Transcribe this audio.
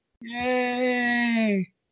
yay